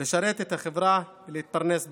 לשרת את החברה ולהתפרנס בכבוד.